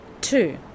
Two